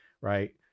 right